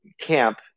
camp